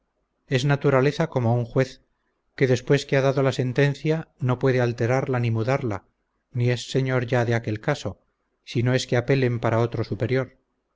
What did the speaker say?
es naturaleza como un juez que después que ha dado la sentencia no puede alterarla ni mudarla ni es señor ya de aquel caso sino es que apelen para otro superior